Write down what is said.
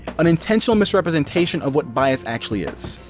an intentional misrepresentation of what bias actually is.